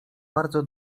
bardzo